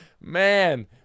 man